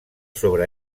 sobre